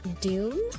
Doom